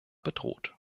bedroht